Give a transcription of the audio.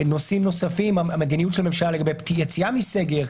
המדיניות של הממשלה לגבי יציאה מסגר,